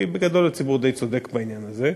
כי בגדול הציבור די צודק בעניין הזה,